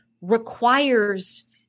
requires